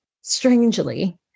strangely